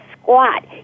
squat